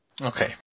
Okay